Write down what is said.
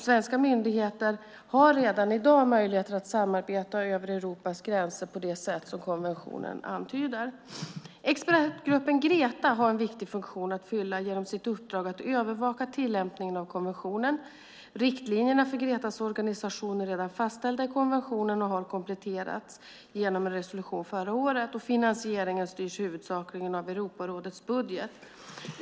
Svenska myndigheter har redan i dag möjlighet att samarbeta över Europas gränser på det sätt som konventionen antyder. Expertgruppen GRETA har en viktig funktion att fylla genom sitt uppdrag att övervaka tillämpningen av konventionen. Riktlinjerna för GRETA:s organisation är redan fastställda i konventionen och har kompletterats genom en resolution som antogs förra året. Finansieringen styrs huvudsakligen av Europarådets budget.